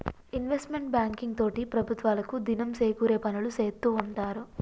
investment banking తోటి ప్రభుత్వాలకు దినం సేకూరే పనులు సేత్తూ ఉంటారు